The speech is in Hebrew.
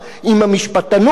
אז מקללים אותו,